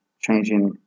changing